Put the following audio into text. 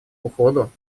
уходу